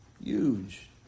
Huge